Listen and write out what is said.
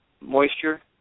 moisture